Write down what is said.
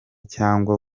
cyangwa